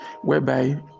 whereby